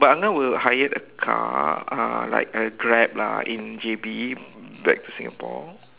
but angah will hire a car uh like a Grab lah in J_B back to Singapore